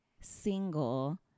single